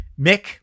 Mick